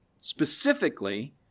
Specifically